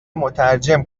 مترجم